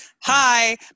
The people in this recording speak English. hi